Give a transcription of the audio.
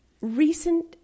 recent